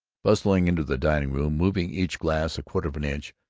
bustling into the dining-room, moving each glass a quarter of an inch,